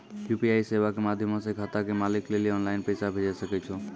UPI सेबा के माध्यमो से खाता के मालिक लेली आनलाइन पैसा भेजै सकै छो